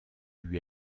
lui